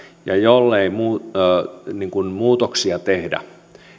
ja jollei muutoksia tehdä